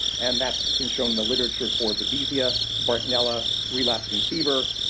and that's been shown the literature for babesia, bartonella, relapsing fever.